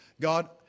God